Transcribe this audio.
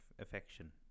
affection